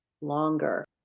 longer